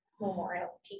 memorial